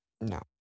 No